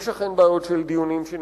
יש אכן בעיות של דיונים שנמשכים,